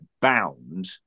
bound